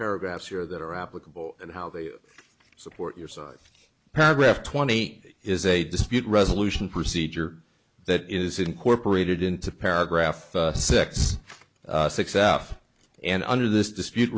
paragraphs here that are applicable and how they support your side paragraph twenty eight is a dispute resolution procedure that is incorporated into paragraph six six out and under this dispute